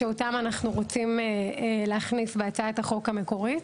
שאותם אנחנו רוצים להכניס בהצעת החוק המקורית.